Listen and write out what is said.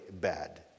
bad